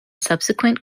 subsequent